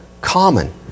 common